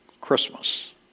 Christmas